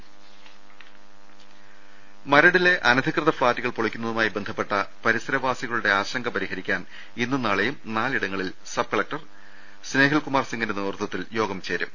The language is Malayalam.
ദർവ്വെടുക മരടിലെ അനധികൃത ഫ്ളാറ്റുകൾ പൊളിക്കുന്നതുമായി ബന്ധപ്പെട്ട പരി സരവാസികളുടെ ആശങ്ക പരിഹരിക്കാൻ ഇന്നും നാളെയും നാലിടങ്ങളിൽ സബ് കലക്ടർ സ്നേഹിൽ കുമാർ സിംഗിന്റെ നേതൃത്വത്തിൽ യോഗം ചേരും